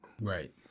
Right